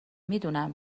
میدونم